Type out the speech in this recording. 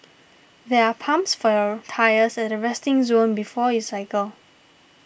there are pumps for your tyres at the resting zone before you cycle